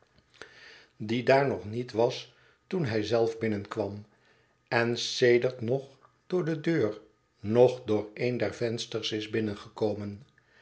die daar nog niet was toen hij zelf binnenkwam en sedert noch door de deur noch door een der vensters is binnengekomen